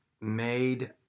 made